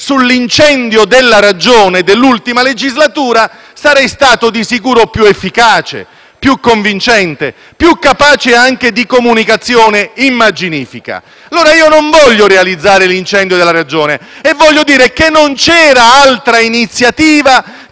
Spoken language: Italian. sull'incendio della ragione dell'ultima legislatura, sarei stato di sicuro più efficace, più convincente, più capace anche di comunicazione immaginifica. Ora non voglio realizzare l'incendio della ragione. Voglio dire che non c'era altra iniziativa